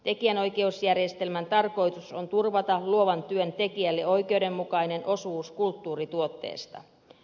tekijänoikeusjärjestelmän tarkoitus on turvata luovan työn tekijälle oikeudenmukainen osuus kulttuurituotteesta